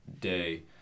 day